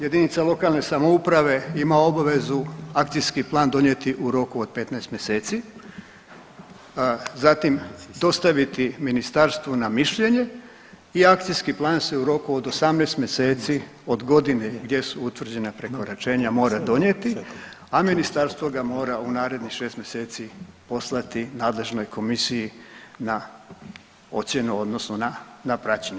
Jedinica lokalne samouprave ima obvezu akcijski plan donijeti u roku od 15 mjeseci, zatim dostaviti ministarstvu na mišljenje i akcijski plan se u roku od 18 mjeseci od godine gdje su utvrđena prekoračenja mora donijeti a ministarstvo ga mora u narednih šest mjeseci poslati nadležnoj komisiji na ocjenu, odnosno na praćenje.